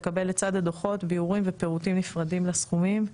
לקבל לצד הדו"חות ביאורים ופירוטים נפרדים לסכומים,